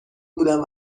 بودم